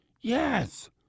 Yes